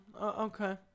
okay